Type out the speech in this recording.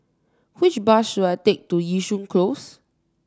which bus should I take to Yishun Close